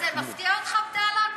זה מפתיע אותך, בדאלכ?